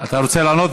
אתה רוצה לענות?